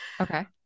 Okay